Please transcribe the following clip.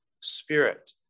Spirit